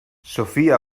sofía